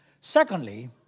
Secondly